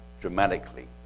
dramatically